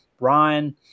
Ryan